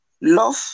love